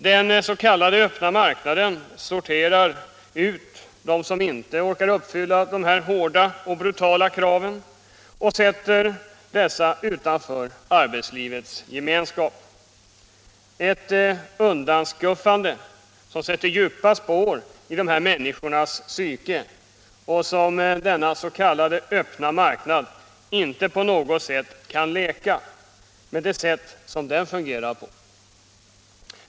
Den s.k. öppna marknaden sorterar ut dem som inte orkar uppfylla dess hårda och brutala krav och ställer dem utanför arbetslivets gemenskap — ett undanskuffande som sätter djupa spår i dessa människors psyke och som denna s.k. öppna marknad inte på något sätt kan läka, med det sätt som den fungerar på.